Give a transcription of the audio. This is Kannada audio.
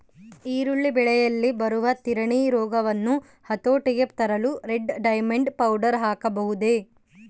ಈರುಳ್ಳಿ ಬೆಳೆಯಲ್ಲಿ ಬರುವ ತಿರಣಿ ರೋಗವನ್ನು ಹತೋಟಿಗೆ ತರಲು ರೆಡ್ ಡೈಮಂಡ್ ಪೌಡರ್ ಹಾಕಬಹುದೇ?